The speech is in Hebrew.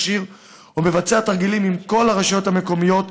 מכשיר ומבצע תרגילים עם כל הרשויות המקומיות,